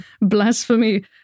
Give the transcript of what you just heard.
Blasphemy